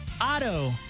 Auto